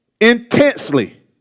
intensely